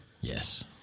Yes